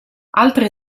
altre